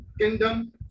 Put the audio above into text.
kingdom